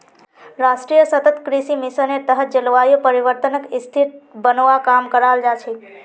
राष्ट्रीय सतत कृषि मिशनेर तहत जलवायु परिवर्तनक स्थिर बनव्वा काम कराल जा छेक